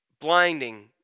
blinding